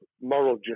moral